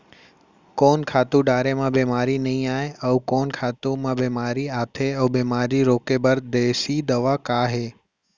कोन खातू डारे म बेमारी नई आये, अऊ कोन खातू म बेमारी आथे अऊ बेमारी रोके बर देसी दवा का हे?